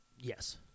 Yes